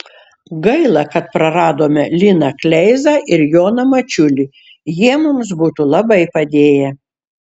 gaila kad praradome liną kleizą ir joną mačiulį jie mums būtų labai padėję